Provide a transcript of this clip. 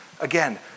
again